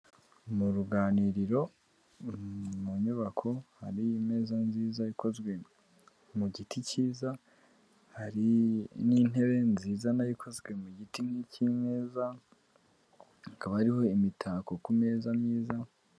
Mu ruganiriro, mu nyubako hari imeza nziza ikozwe mu giti cyiza, hari n'intebe nziza nayo ikozwe mu giti nk'icyimeza hakaba hariho imitako ku meza myiza.